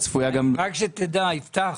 רק שתדע, יפתח.